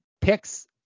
picks